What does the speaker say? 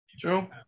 True